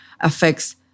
affects